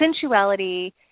sensuality